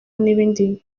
n’ibindi